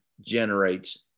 generates